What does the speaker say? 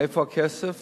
מאיפה הכסף?